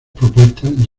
propuestas